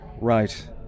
Right